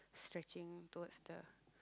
stretching towards the